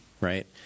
right